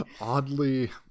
Oddly